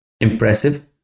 impressive